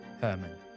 Herman